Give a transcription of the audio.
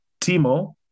Timo